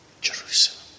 Jerusalem